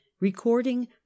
recording